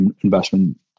investment